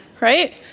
right